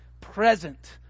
Present